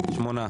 שמונה.